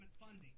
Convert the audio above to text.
funding